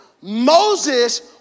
Moses